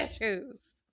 issues